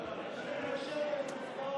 בבקשה לשבת.